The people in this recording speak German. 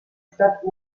stadt